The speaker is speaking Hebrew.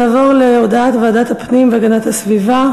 נעבור להודעת ועדת הפנים והגנת הסביבה.